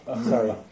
Sorry